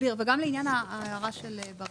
וגם לעניין ההערה של משה